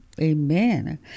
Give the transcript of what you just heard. Amen